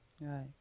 Right